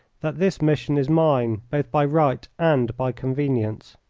that this mission is mine both by right and by convenience.